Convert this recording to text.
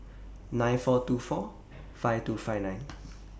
nine four two four five two five nine